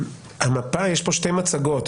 יש פה שתי מצגות.